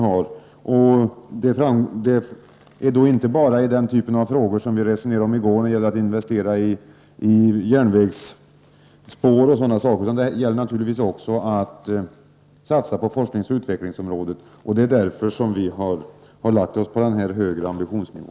Det gäller inte bara den typen av frågor som vi resonerade om i går, att investera i järnvägsspår osv., utan det gäller naturligtvis också satsningar på forskning och utveckling. Det är därför som vi har lagt oss på denna högre ambitionsnivå.